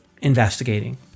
investigating